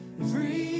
free